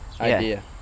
idea